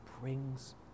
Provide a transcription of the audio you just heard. brings